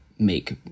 Make